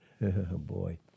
Boy